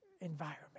environment